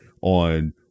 on